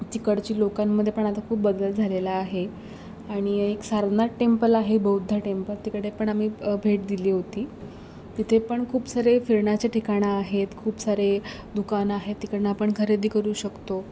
तिकडची लोकांमधे पण आता खूप बदल झालेला आहे आणि एक सारनाथ टेम्पल आहे बौद्ध टेम्पल तिकडे पण आम्ही भेट दिली होती तिथे पण खूप सारे फिरण्याचे ठिकाणं आहेत खूप सारे दुकानं आहेत तिकडनं आपण खरेदी करू शकतो